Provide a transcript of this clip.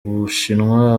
bushinwa